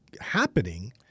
happening